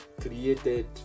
created